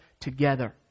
together